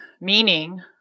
meaning